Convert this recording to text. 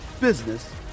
business